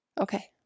Okay